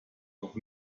noch